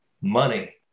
money